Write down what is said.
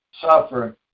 suffer